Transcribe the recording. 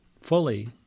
fully